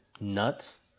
nuts